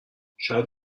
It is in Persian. شاید